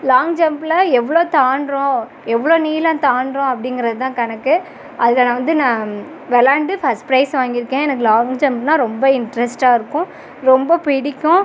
long ஜம்ப்பில் எவ்வளோ தாண்டுறோம் எவ்வளோ நீளம் தாண்டுறோம் அப்படிங்றதுதான் கணக்கு அதில் வந்து நான் விளையாண்டு ஃபர்ஸ்ட் வாங்கி இருக்கேன் எனக்கு லாங் ஜம்ப்னால் ரொம்ப இன்ட்ரஸ்ட்டாக இருக்கும் ரொம்ப பிடிக்கும்